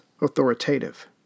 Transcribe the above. authoritative